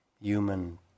human